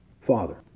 Father